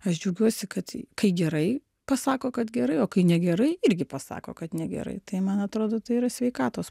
aš džiaugiuosi kad kai gerai pasako kad gerai o kai negerai irgi pasako kad negerai tai man atrodo tai yra sveikatos